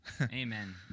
Amen